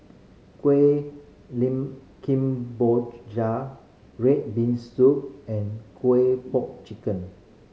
kueh red bean soup and kueh po chicken